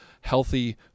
healthy